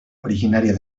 originaria